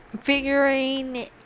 figuring